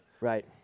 right